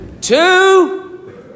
two